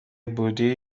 بودی